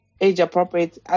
age-appropriate